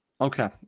Okay